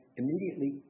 immediately